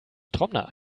trommler